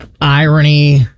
irony